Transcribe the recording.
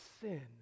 sin